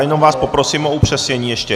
Jenom vás poprosím o upřesnění ještě.